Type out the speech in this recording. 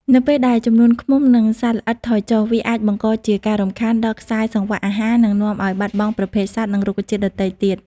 នៅពេលដែលចំនួនឃ្មុំ និងសត្វល្អិតថយចុះ វាអាចបង្កជាការរំខានដល់ខ្សែសង្វាក់អាហារ និងនាំឱ្យបាត់បង់ប្រភេទសត្វ និងរុក្ខជាតិដទៃទៀត។